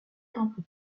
temple